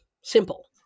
simple